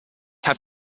have